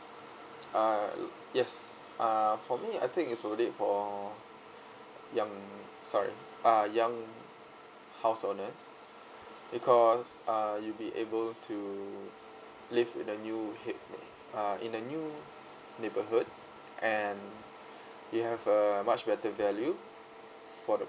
uh yes uh for me I think it's worth it for young sorry uh young house owners because uh you'll be able to live in a new hip place uh in a new neighborhood and you have a much better value for the